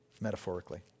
Metaphorically